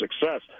success